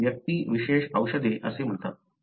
याला व्यक्ती विशेष औषधे असे म्हणतात